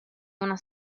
una